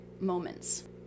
moments